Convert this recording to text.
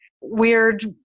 weird